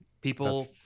People